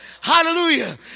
Hallelujah